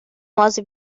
was